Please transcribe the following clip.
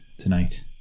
tonight